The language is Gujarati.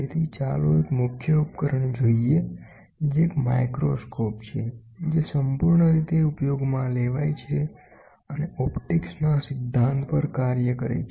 તેથી ચાલો એક મુખ્ય ઉપકરણ જોઈએ જે એક માઇક્રોસ્કોપ છે જેસંપૂર્ણ રીતે ઉપયોગમાં લેવાય છે અને ઓપ્ટિક્સના સિદ્ધાંત પર કાર્ય કરે છે